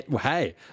hey